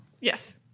Yes